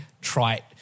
trite